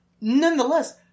nonetheless